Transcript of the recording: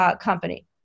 company